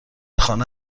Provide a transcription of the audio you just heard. خانه